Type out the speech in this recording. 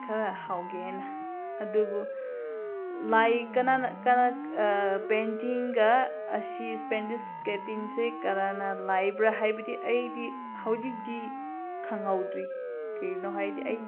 ꯈꯔ ꯍꯧꯒꯦ ꯍꯥꯏꯅ ꯑꯗꯨꯕꯨ ꯂꯥꯏ ꯀꯅꯥꯅ ꯄꯦꯟꯇꯤꯡꯒ ꯑꯁꯤ ꯄꯦꯟꯇꯤꯡ ꯏꯁꯀꯦꯠꯇꯤꯡꯁꯦ ꯀꯅꯥꯅ ꯂꯥꯏꯕ꯭ꯔꯥ ꯍꯥꯏꯕꯗꯤ ꯑꯩꯗꯤ ꯍꯧꯖꯤꯛꯇꯤ ꯈꯪꯍꯧꯗ꯭ꯔꯤ ꯀꯩꯒꯤꯅꯣ ꯍꯥꯏꯗꯤ ꯑꯩ